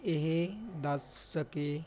ਇਹ ਦੱਸ ਸਕੇ